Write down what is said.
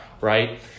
Right